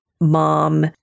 mom